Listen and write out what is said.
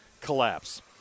collapse